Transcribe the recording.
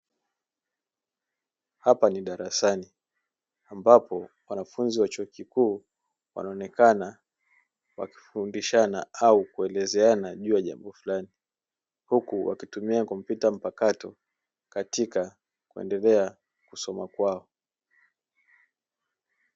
Hapa ni darasani ambapo wanafunzi wa chuo kikuu wanaonekana wakifundishana au kuelezeana juu ya jambo fulani, huku wakitumia kompyuta mpakato katika kuendelea kusoma kwao.